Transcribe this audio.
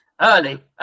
early